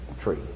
tree